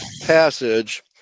passage